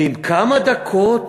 ואם כמה דקות